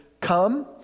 come